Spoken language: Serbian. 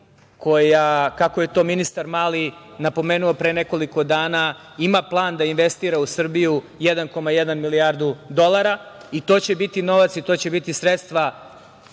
koja kako je to ministar Mali napomenuo pre nekoliko dana, ima plan da investira u Srbiju 1,1 milijarde dolara. To će biti novac i to će biti sredstva,